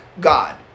God